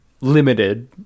limited